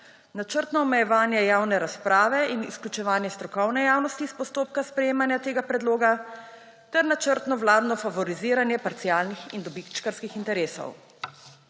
načrtno omejevanje javne razprave in izključevanje strokovne javnosti iz postopka sprejemanja tega predloga ter načrtno vladno favoriziranje parcialnih in dobičkarskih interesov.